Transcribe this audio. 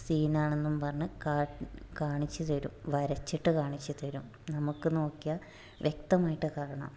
സീനാണെന്നും പറഞ്ഞ് കാ കാണിച്ച് തരും വരച്ചിട്ട് കാണിച്ച് തരും നമുക്ക് നോക്കിയാൽ വ്യക്തമായിട്ട് കാണാം